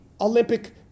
Olympic